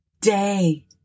day